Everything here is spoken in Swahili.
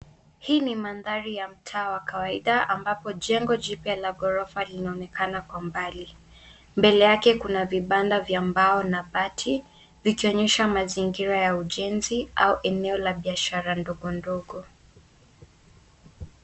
Hii ni mandhari ya mtaa wa kawaida ambapo jengo jipya la ghorofa linaonekana kwa mbali. Mbele yake kuna vibanda vya mbao na bati vikionyesha mazingira ya ujenzi au eneo la biashara ndogo ndogo.